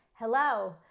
Hello